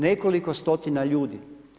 Nekoliko stotina ljudi.